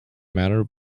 matter